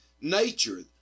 nature